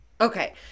Okay